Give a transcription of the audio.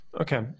Okay